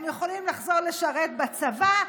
הם יכולים לחזור לשרת בצבא,